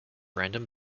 random